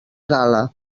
gala